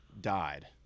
died